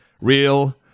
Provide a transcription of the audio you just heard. Real